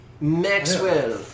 Maxwell